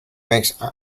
makes